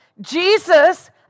Jesus